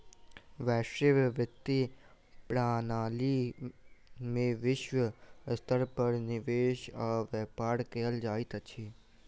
वैश्विक वित्तीय प्रणाली में विश्व स्तर पर निवेश आ व्यापार कयल जाइत अछि